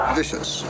vicious